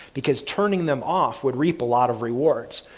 because turning them off would reap a lot of rewards.